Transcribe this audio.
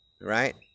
right